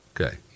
Okay